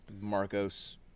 Marcos